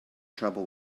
trouble